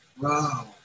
wow